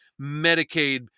medicaid